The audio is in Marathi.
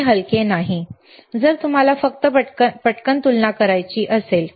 हे हलके नाही जर तुम्हाला फक्त पटकन तुलना करायची असेल